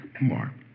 more